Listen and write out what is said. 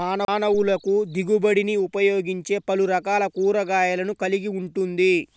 మానవులకుదిగుబడినిఉపయోగించేపలురకాల కూరగాయలను కలిగి ఉంటుంది